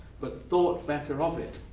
but thought better of it,